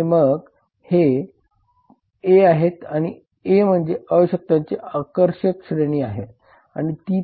मग हे A आहेत आणि A म्हणजे आवश्यकतांची आकर्षक श्रेणी आहे आणि ती